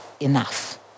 Enough